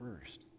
first